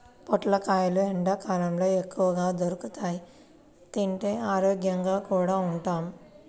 పొట్లకాయలు ఎండ్లకాలంలో ఎక్కువగా దొరుకుతియ్, తింటే ఆరోగ్యంగా కూడా ఉంటాం